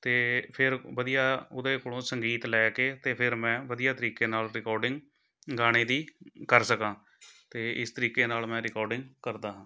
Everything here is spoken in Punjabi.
ਅਤੇ ਫਿਰ ਵਧੀਆ ਉਹਦੇ ਕੋਲੋਂ ਸੰਗੀਤ ਲੈ ਕੇ ਤੇ ਫਿਰ ਮੈਂ ਵਧੀਆ ਤਰੀਕੇ ਨਾਲ਼ ਰਿਕੋਡਿੰਗ ਗਾਣੇ ਦੀ ਕਰ ਸਕਾਂ ਅਤੇ ਇਸ ਤਰੀਕੇ ਨਾਲ਼ ਮੈਂ ਰਿਕੋਡਿੰਗ ਕਰਦਾ ਹਾਂ